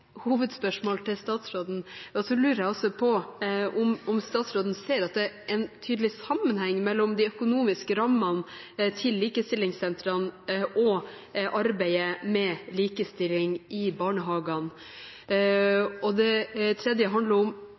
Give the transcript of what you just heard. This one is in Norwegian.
hovedspørsmål til statsråden. Så lurer jeg også på om statsråden ser at det er en tydelig sammenheng mellom de økonomiske rammene til likestillingssentrene og arbeidet med likestilling i barnehagene. Det tredje handler om